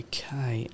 Okay